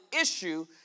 issue